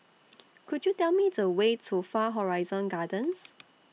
Could YOU Tell Me The Way to Far Horizon Gardens